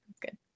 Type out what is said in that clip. good